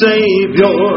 Savior